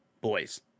boys